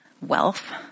wealth